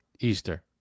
Easter